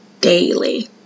daily